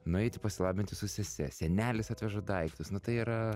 nueiti pasilabinti su sese senelis atveža daiktus nu tai yra